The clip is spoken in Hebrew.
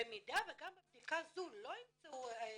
במידה וגם בבדיקה זו לא ימצאו היתרים,